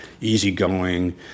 easygoing